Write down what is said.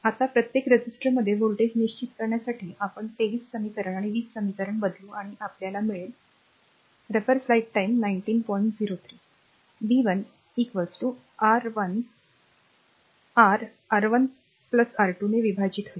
आता प्रत्येक रेझिस्टरमध्ये व्होल्टेज निश्चित करण्यासाठी आपण 23 समीकरण 20 समीकरण बदलू आणि आपल्याला मिळेल तर v 1 नंतर R1 r R1 R2 ने विभाजित होईल